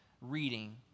reading